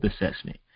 assessment